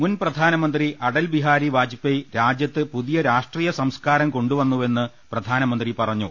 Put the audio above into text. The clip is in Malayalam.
മുൻ പ്രധാനമന്ത്രി അഡൽബിഹാരി വാജ്പേയ് രാജ്യത്ത് പുതിയ രാഷ്ട്രീയ സംസ്കാരം കൊണ്ടുവന്നുവെന്ന് പ്രധാനമന്ത്രി പറ ഞ്ഞു